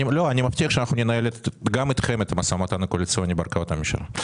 אני מבטיח שננהל גם אתכם את המשא ומתן הקואליציוני בהרכבת הממשלה.